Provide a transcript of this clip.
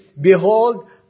Behold